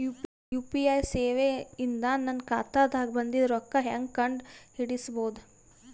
UPI ಸೇವೆ ಇಂದ ನನ್ನ ಖಾತಾಗ ಬಂದಿದ್ದ ರೊಕ್ಕ ಹೆಂಗ್ ಕಂಡ ಹಿಡಿಸಬಹುದು?